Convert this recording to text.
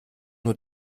nur